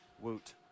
Woot